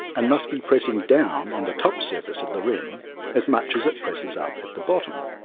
and must be pressing down on the top surface of the rim as much as it presses up at the bottom.